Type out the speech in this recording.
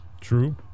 True